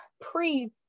pre